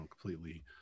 completely